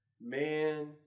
man